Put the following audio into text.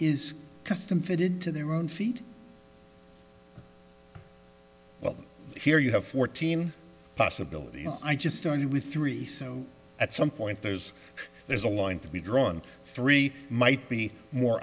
is custom fitted to their own feet well here you have fourteen possibilities i just started with three so at some point there's there's a line to be drawn three might be more